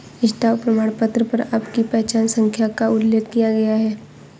stock प्रमाणपत्र पर आपकी पहचान संख्या का उल्लेख किया गया है